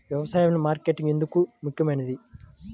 వ్యసాయంలో మార్కెటింగ్ ఎందుకు ముఖ్యమైనది?